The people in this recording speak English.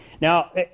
Now